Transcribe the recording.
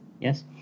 yes